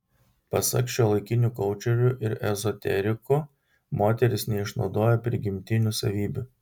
pasak šiuolaikinių koučerių ir ezoterikų moteris neišnaudoja prigimtinių savybių